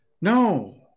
No